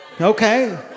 Okay